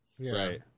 Right